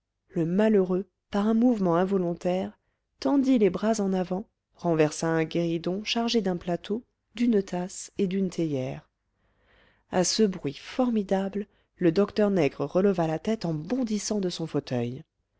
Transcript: le malheureux par un mouvement involontaire tendit les bras en avant renversa un guéridon chargé d'un plateau d'une tasse et d'une théière à ce bruit formidable le docteur nègre releva la tête en bondissant sur son fauteuil